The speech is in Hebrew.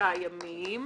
ימים